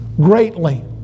greatly